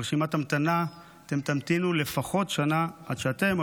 ברשימת ההמתנה אתם תמתינו לפחות שנה עד שאתם או